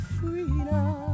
freedom